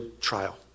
trial